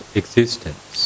existence